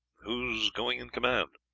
who's going in command?